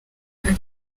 ari